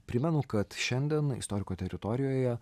primenu kad šiandien istoriko teritorijoje